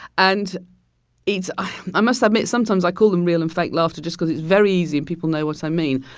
and it's i i must admit. sometimes, i call them real and fake laughter just because it's very easy. and people know what i mean.